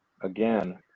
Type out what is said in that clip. again